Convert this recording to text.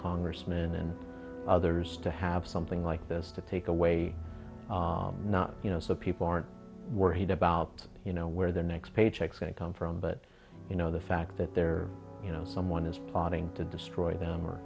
congressmen and others to have something like this to take away not you know so people aren't worried about you know where their next paycheck going to come from but you know the fact that they're you know someone is plotting to destroy them or